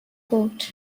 court